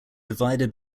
divided